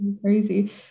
crazy